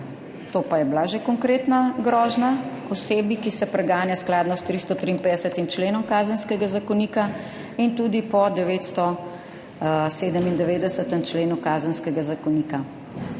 To pa je bila že konkretna grožnja osebi, ki se preganja skladno s 353. členom Kazenskega zakonika in tudi po 997. členu Kazenskega zakonika.